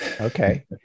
Okay